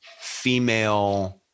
female